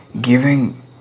giving